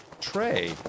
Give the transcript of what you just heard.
tray